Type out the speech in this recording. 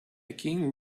king